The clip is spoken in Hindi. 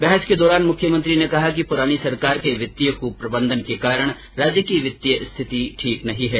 बहस के दौरान मुख्यमंत्री ने कहा कि पुरानी सरकार के वित्तीय कुप्रबंधन के कारण राज्य की वित्तीय स्थिति ठीक नहीं है